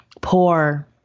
poor